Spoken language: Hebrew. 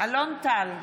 אלון טל,